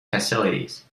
facilities